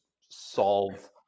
solve